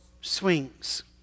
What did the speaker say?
swings